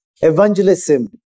evangelism